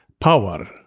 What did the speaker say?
power